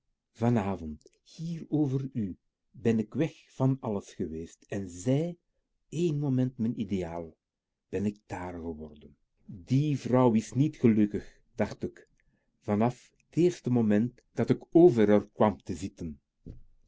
hier over u ben k weg van alles geweest is zij één moment mijn ideaal ben ik t hare geworden die vrouw is nièt gelukkig dacht k van af t eerste moment dat k over r kwam te zitten